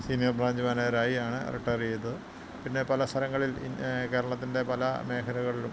senior branch മാനേജറായി അങ്ങനെ retire ചെയ്ത് പിന്നെ പല സ്ഥലങ്ങളിൽ കേരളത്തിൻ്റെ പല മേഖലകളിലും